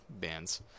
bands